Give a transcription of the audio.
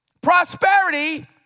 Prosperity